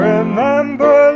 Remember